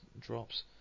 drops